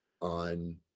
on